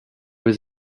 was